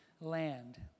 land